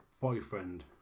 boyfriend